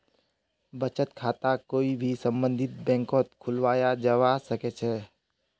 बचत खाताक कोई भी सम्बन्धित बैंकत खुलवाया जवा सक छे